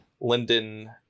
linden